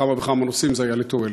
בכמה וכמה נושאים זה היה לתועלת.